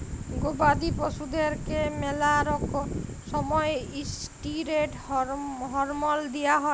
গবাদি পশুদ্যারকে ম্যালা সময়ে ইসটিরেড হরমল দিঁয়া হয়